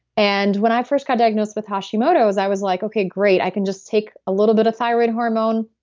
and when i first got diagnosed with hashimoto's i was like, okay, great. i can just take a little bit of thyroid hormone.